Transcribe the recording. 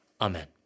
Amen